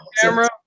Camera